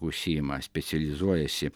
užsiima specializuojasi